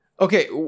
Okay